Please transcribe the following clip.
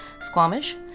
Squamish